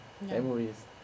memories